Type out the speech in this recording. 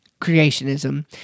creationism